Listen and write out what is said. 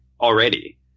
already